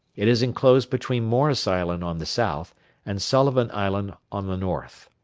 it is enclosed between morris island on the south and sullivan island on the north.